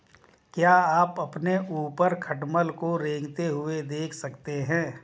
क्या आप अपने ऊपर खटमल को रेंगते हुए देख सकते हैं?